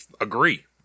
agree